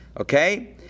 Okay